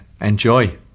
Enjoy